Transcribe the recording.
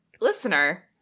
listener